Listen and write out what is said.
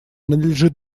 надлежит